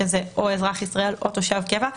שזה או אזרח ישראל או תושב קבע,